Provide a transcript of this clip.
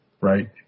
right